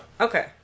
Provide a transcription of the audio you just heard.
Okay